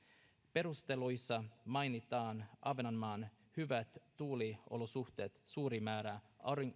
perusteluissa mainitaan ahvenanmaan hyvät tuuliolosuhteet suuri määrä